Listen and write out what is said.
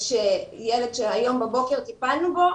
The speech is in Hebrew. יש ילד שהבוקר טיפלנו בו,